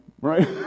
right